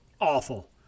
awful